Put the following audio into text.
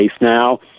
now